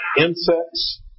insects